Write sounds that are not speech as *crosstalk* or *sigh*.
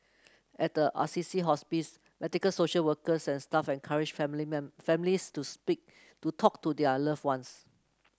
at the Assisi Hospice medical social workers and staff encourage family *unintelligible* families to speak to talk to their loved ones